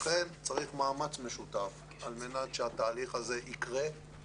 לכן צריך מאמץ משותף על מנת שהתהליך הזה יקרה.